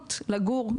ההזדמנות לגור,